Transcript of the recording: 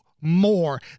more